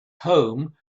home